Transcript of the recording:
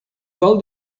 gol